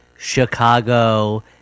chicago